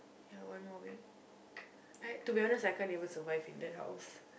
ya one more week I to be honest I can't even survive in that house